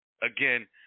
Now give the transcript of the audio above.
Again